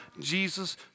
Jesus